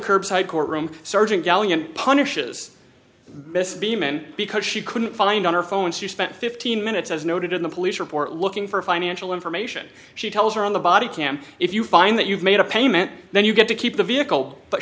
curbside courtroom surging gallery and punishes this beeman because she couldn't find on her phone she spent fifteen minutes as noted in the police report looking for financial information she tells her on the body cam if you find that you've made a payment then you get to keep the vehicle but